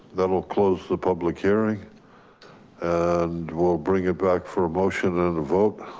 that will close the public hearing and we'll bring it back for a motion and a vote.